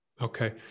Okay